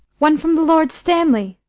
one from the lord stanley.